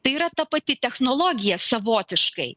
tai yra ta pati technologija savotiškai